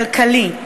כלכלי,